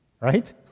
Right